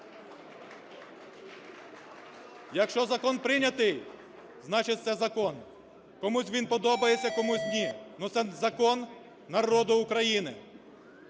Якщо закон прийнятий, значить це – закон, комусь він подобається, комусь ні, це – закон народу України.